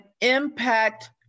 impact